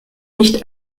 nicht